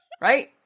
Right